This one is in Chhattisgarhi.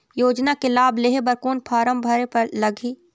योजना के लाभ लेहे बर कोन फार्म भरे लगही?